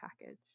Package